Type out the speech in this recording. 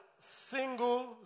single